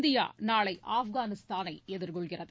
India நாளை ஆப்கானிஸ்தானை எதிர்கொள்கிறது